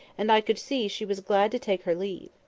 and i could see she was glad to take her leave.